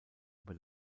über